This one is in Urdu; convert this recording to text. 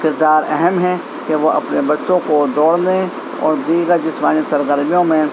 کردار اہم ہے کہ وہ اپنے بچوں کو دوڑنے اور دیگر جسمانی سرگرمیوں میں